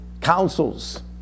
councils